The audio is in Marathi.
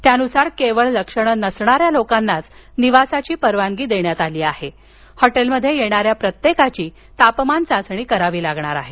यानुसार केवळ लक्षणे नसणाऱ्या लोकांनाच निवासाची परवानगी देण्यात आली असून हॉटेलमध्ये येणाऱ्या प्रत्येकाची तापमान चाचणी करावी लागणार आहे